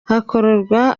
hakorwa